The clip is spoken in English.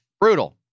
Brutal